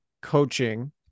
coaching